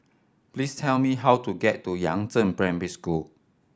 please tell me how to get to Yangzheng Primary School